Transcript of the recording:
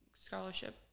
scholarship